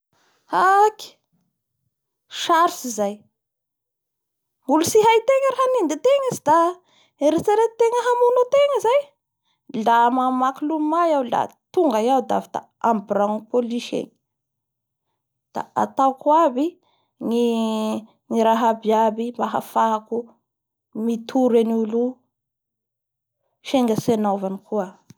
Haky sarotsy zay olo tsy hay tenga ro hanindy ategna tsy da eretreretitenga hamono ategna zay la mamaky lomay iaho la tonga iaho avy da amin'ny biraon'ny police engy da ataoko aby ngy raha abiaby afahako mitory an'olo io senga tsy hanaovany koa